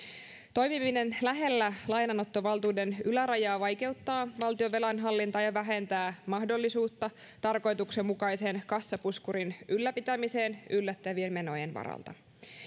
toimiminen lähellä lainanottovaltuuden ylärajaa vaikeuttaa valtion velanhallintaa ja vähentää mahdollisuutta tarkoituksenmukaisen kassapuskurin ylläpitämiseen yllättävien menojen varalta